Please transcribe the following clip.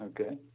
Okay